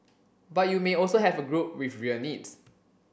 but you may also have a group with real needs